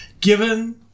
given